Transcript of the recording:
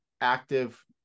active